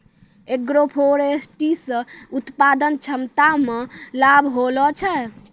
agroforestry से उत्पादन क्षमता मे लाभ होलो छै